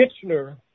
Kitchener